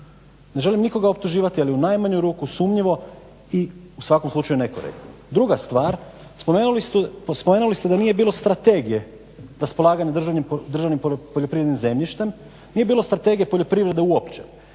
Ne želim nikoga optuživati, ali u najmanju ruku je sumnjivo i u svakom slučaju nekorektno. Druga stvar, spomenuli ste da nije bilo Strategije raspolaganja državnim poljoprivrednim zemljištem, nije bilo strategije poljoprivrede uopće.